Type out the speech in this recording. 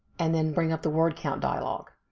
and then bring up the word count dialog.